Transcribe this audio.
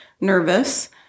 nervous